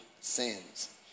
sins